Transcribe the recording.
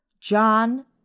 John